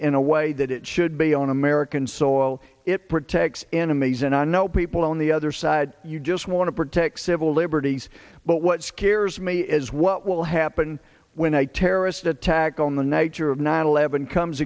in a way that it should be on american soil it protects enemies and i know people on the other side you just want to protect civil liberties but what scares me is what will happen when i terrorist attack on the nature of nine eleven comes